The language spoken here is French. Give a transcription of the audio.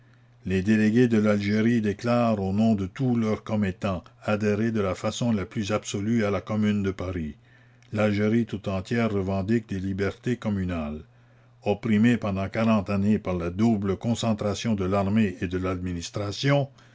les délégués de l'algérie déclarent au nom de tous leurs commettants adhérer de la façon la plus absolue à la commune de paris l'algérie tout entière revendique les libertés communales opprimés pendant quarante années par la double concentration de l'armée et de l'administration